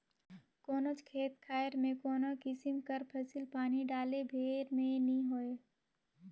कोनोच खेत खाएर में कोनो किसिम कर फसिल पानी डाले भेर में नी होए